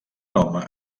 home